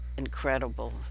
incredible